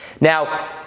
Now